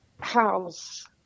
house